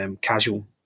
casual